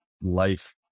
life